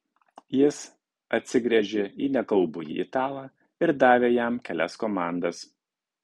jis atsigręžė į nekalbųjį italą ir davė jam kelias komandas